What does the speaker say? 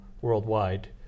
worldwide